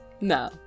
No